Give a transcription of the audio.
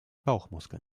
bauchmuskeln